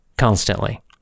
Constantly